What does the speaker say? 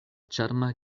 ĉarma